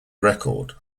record